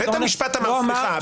סליחה,